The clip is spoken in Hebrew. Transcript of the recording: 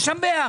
אני משבח.